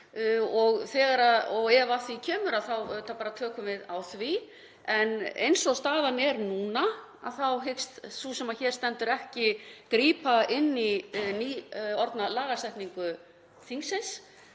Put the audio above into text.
og ef að því kemur þá bara tökum við á því. Eins og staðan er núna hyggst sú sem hér stendur ekki grípa inn í nýorðna lagasetningu þingsins